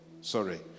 sorry